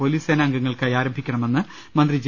police സേനാംഗങ്ങൾക്കായി ആരംഭിക്കണമെന്ന് മന്ത്രി ജെ